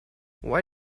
why